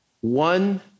one